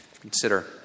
Consider